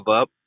up